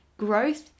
Growth